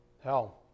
hell